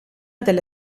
delle